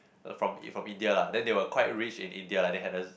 from from India lah then they were quite rich in India like they had a z~